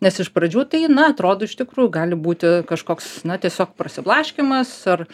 nes iš pradžių tai na atrodo iš tikrųjų gali būti kažkoks na tiesiog prasiblaškymas ar